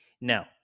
Now